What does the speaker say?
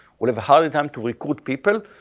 will have a harder time to recruit people,